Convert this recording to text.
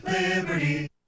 Liberty